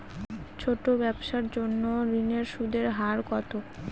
ছোট ব্যবসার জন্য ঋণের সুদের হার কত?